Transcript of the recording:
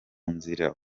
nzira